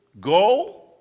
go